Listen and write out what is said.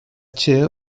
chair